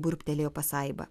burbtelėjo pasaiba